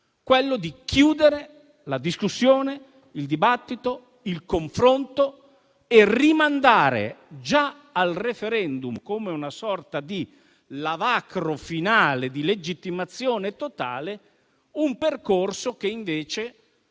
quello di chiudere la discussione, il dibattito, il confronto e rimandare già al *referendum*, come una sorta di lavacro finale di legittimazione totale, l'intero percorso. In questo